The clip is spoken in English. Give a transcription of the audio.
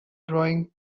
drawing